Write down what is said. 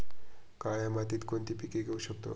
काळ्या मातीत कोणती पिके घेऊ शकतो?